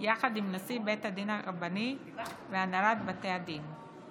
יחד עם נשיא בתי הדין הרבניים והנהלת בתי הדין.